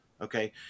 Okay